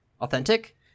authentic